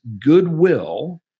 goodwill